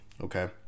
Okay